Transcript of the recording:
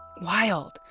wild.